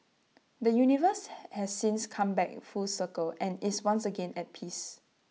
the universe has since come back full circle and is once again at peace